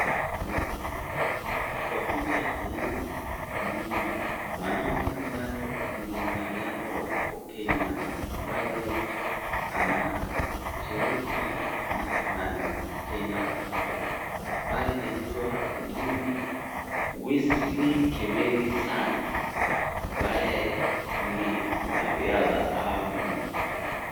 Naona kwa picha hii mwanaume ambaye ni mwanariadha wa hapa kenya anashiriki nationally kenya ambaye anaitwa Wesley Kimeli Sang ambaye nu mwanariadha.